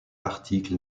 article